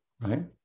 right